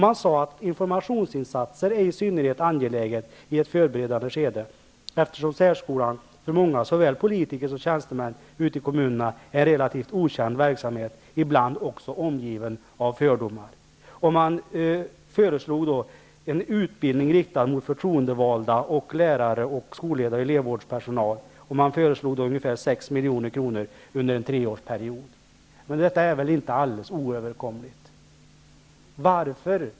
Man sade att informationsinsatser är i synnerhet angelägna i ett förberedande skede, eftersom särskolan för många, såväl politiker som tjänstemän ute i kommunerna, är en relativt okänd verksamhet, ibland också omgiven av fördomar. Man föreslog en utbildning riktad mot förtroendevalda, lärare, skolledare och elevvårdspersonal. Man ville anslå ungefär 6 milj.kr. under en treårsperiod. Detta är väl inte alldeles oöverkomligt.